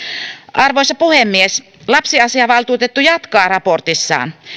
arvoisa puhemies lapsiasiainvaltuutettu jatkaa raportissaan